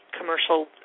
commercial